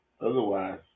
Otherwise